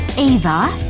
ava,